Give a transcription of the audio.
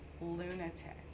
lunatic